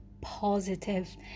positive